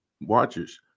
watchers